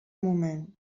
moment